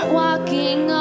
walking